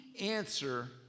answer